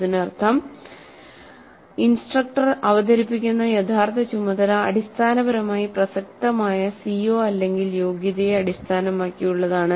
അതിനർത്ഥം ഇൻസ്ട്രക്ടർ അവതരിപ്പിക്കുന്ന യഥാർത്ഥ ചുമതല അടിസ്ഥാനപരമായി പ്രസക്തമായ CO യോഗ്യതയെ അടിസ്ഥാനമാക്കിയുള്ളതാണ്